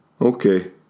okay